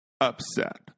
upset